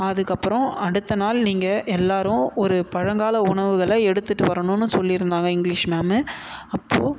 அதுக்கப்புறம் அடுத்த நாள் நீங்கள் எல்லோரும் ஒரு பழங்கால உணவுகளை எடுத்துட்டு வரணும்ன்னு சொல்லியிருந்தாங்க இங்கிலீஷ் மேமு அப்போது